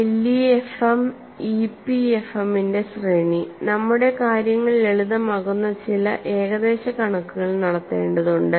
LEFM EPFM ന്റെ ശ്രേണി നമ്മുടെ കാര്യങ്ങൾ ലളിതമാക്കുന്ന ചില ഏകദേശ കണക്കുകൾ നടത്തേണ്ടതുണ്ട്